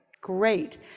Great